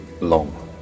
long